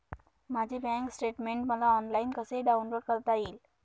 माझे bank statement मला online कसे डाउनलोड करता येईल?